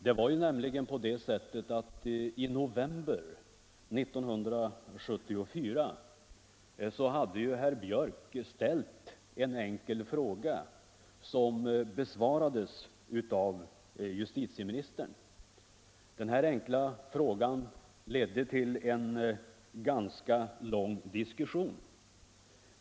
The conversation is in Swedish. Det var nämligen så, att herr Björck i november 1974 av justitieministern fick svar på en enkel fråga i detta ämne, och då förekom det en ganska lång diskussion.